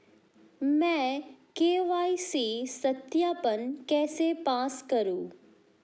मैं के.वाई.सी सत्यापन कैसे पास करूँ?